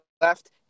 left